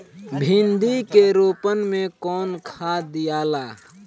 भिंदी के रोपन मे कौन खाद दियाला?